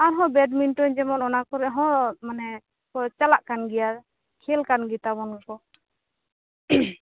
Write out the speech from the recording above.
ᱟᱨᱦᱚᱸ ᱵᱮᱰᱢᱤᱱᱴᱚᱱ ᱡᱮᱢᱚᱱ ᱚᱱᱟᱠᱚᱨᱮᱦᱚᱸ ᱢᱟᱱᱮ ᱠᱚ ᱪᱟᱞᱟᱜ ᱠᱟᱱ ᱜᱮᱭᱟ ᱠᱷᱮᱞ ᱠᱟᱱ ᱜᱮ ᱛᱟᱵᱚᱱᱟ ᱠᱚ